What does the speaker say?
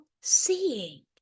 seeing